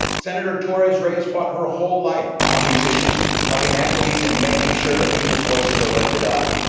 senator tora's reyes fought her whole life on these issues of inequities and making sure that people's voices are lifted up.